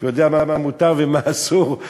יודע מה מותר ומה אסור.